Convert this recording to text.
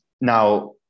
Now